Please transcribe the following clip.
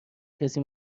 کسی